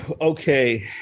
Okay